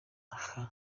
aha